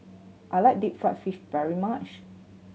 I like deep fried fish very much